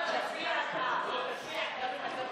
ההצעה להעביר